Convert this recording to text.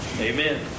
Amen